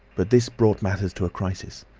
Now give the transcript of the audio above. but this brought matters to a crisis.